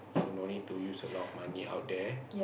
so no need to use a lot of money out there